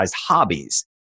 hobbies